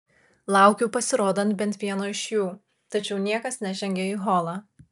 laukiu pasirodant bent vieno iš jų tačiau niekas nežengia į holą